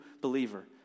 believer